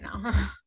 now